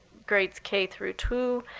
grades k through two,